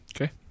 Okay